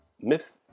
myth